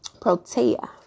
Protea